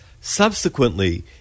Subsequently